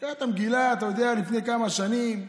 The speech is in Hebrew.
קריאת המגילה, אתה יודע לפני כמה שנים?